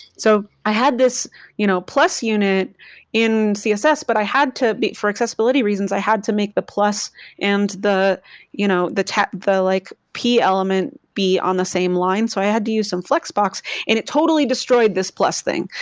so i had this you know plus unit in css but i had to be for accessibility reasons, i had to make the plus and the you know the like p element be on the same line. so i had to use some flexbox and it totally destroyed this plus thing.